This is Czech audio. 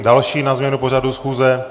Další na změnu pořadu schůze?